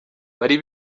bari